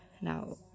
now